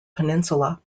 peninsula